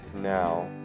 now